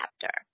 chapter